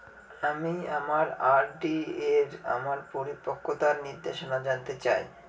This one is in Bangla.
আমি আমার আর.ডি এর আমার পরিপক্কতার নির্দেশনা জানতে চাই